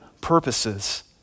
purposes